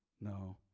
No